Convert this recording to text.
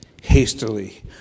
hastily